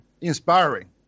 inspiring